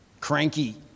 cranky